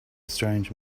strange